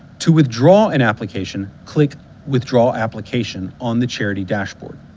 to withdraw an application, click withdraw application on the charity dashboard.